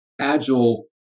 agile